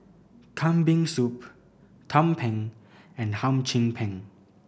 Kambing Soup tumpeng and Hum Chim Peng